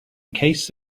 case